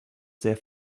sehr